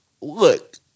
look